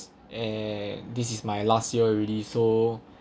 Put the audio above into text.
and this is my last year already so